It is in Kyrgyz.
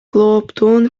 клооптун